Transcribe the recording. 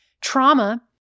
trauma